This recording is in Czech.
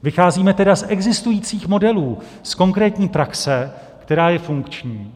Vycházíme tedy z existujících modelů z konkrétní praxe, která je funkční.